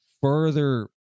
further